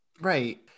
Right